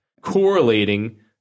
correlating